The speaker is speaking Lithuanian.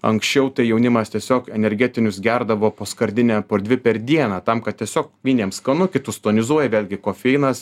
anksčiau tai jaunimas tiesiog energetinius gerdavo po skardinę po dvi per dieną tam kad tiesiog vieniem skanu kitus tonizuoja vėlgi kofeinas